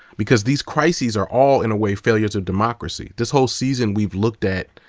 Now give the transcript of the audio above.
because these crises are all in a way failures of democracy. this whole season, we've looked at,